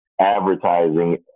advertising